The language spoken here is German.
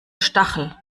stachel